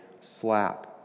slap